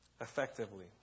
effectively